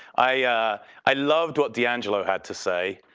i i loved what d'angelo had to say,